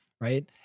right